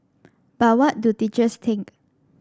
but what do teachers think